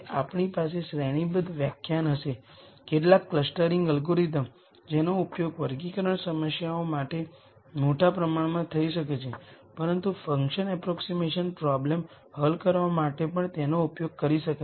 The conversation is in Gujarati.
તેથી આની સાથે આપણે લિનિયર એલ્જીબ્રા પર વ્યાખ્યાનોની આ શ્રેણી બંધ કરીએ છીએ અને પ્રવચનોનો આગલો સમૂહ ડેટા સાયન્સ માં સ્ટેટિસ્ટિક્સ ઓના ઉપયોગ પર હશે